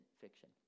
fiction